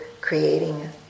creating